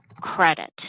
credit